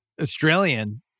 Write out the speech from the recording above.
Australian